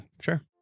sure